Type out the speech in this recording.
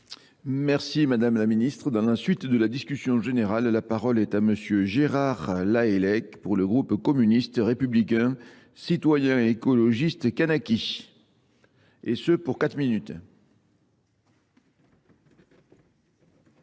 Merci Madame la Ministre. Dans la suite de la discussion générale, la parole est à M. Gérard Laelek pour le groupe communiste républicain citoyen écologiste Kanaki. Et ce pour 4 minutes.